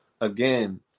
again